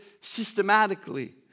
systematically